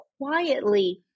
quietly